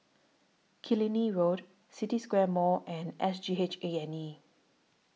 Killiney Road City Square Mall and S G H A and E